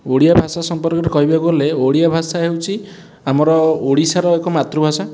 ଓଡ଼ିଆ ଭାଷା ସମ୍ପର୍କରେ କହିବାକୁ ଗଲେ ଓଡ଼ିଆ ଭାଷା ହେଉଛି ଆମର ଓଡ଼ିଶାର ଏକ ମାତୃଭାଷା